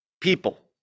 people